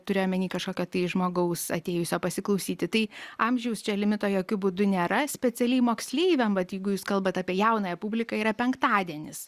turiu omeny kažkokio tai žmogaus atėjusio pasiklausyti tai amžiaus čia limito jokiu būdu nėra specialiai moksleiviam vat jeigu jūs kalbat apie jaunąją publiką yra penktadienis